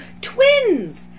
twins